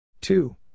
Two